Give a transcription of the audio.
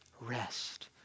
rest